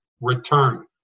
return